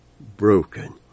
broken